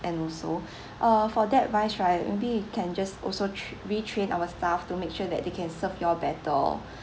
and also uh for that wise right maybe we can just also tr~ retrain our staff to make sure that they can serve you all better